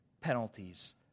penalties